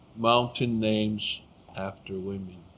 mountain names after women.